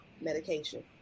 medication